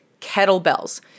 kettlebells